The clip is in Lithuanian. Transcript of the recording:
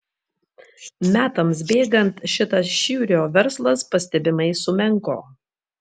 metams bėgant šitas šiurio verslas pastebimai sumenko